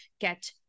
get